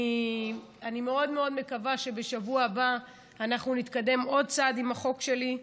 אני מאוד מאוד מקווה שבשבוע הבא אנחנו נתקדם עוד צעד עם החוק שלי,